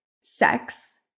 sex